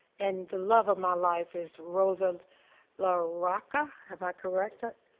and the love of my life is rosa laroca, am i correct? ah